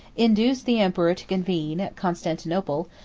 induced the emperor to convene, at constantinople,